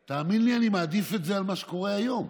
תאמין לי, אני מעדיף את זה על מה שקורה היום,